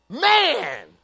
Man